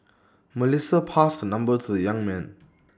Melissa passed number to the young man